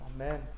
Amen